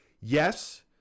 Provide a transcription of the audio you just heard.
Yes